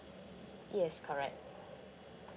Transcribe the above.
yes correct